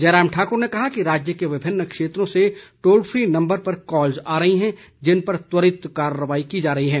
जयराम ठाकुर ने कहा कि राज्यों के विभिन्न क्षेत्रों से टोल फ्री नंबर पर कॉल्ज़ आ रही हैं जिनपर त्वरित कार्रवाई की जा रही है